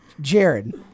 Jared